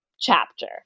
chapter